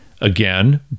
again